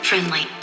Friendly